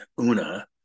Una